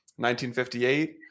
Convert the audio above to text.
1958